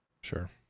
Sure